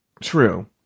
True